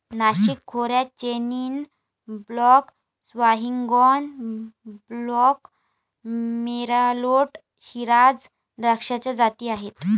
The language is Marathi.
नाशिक खोऱ्यात chenin blanc, sauvignon blanc, merlot, shiraz द्राक्षाच्या जाती आहेत